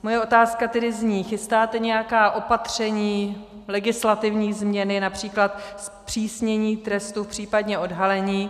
Moje otázka tedy zní: Chystáte nějaká opatření, legislativní změny, např. zpřísnění trestu v případě odhalení?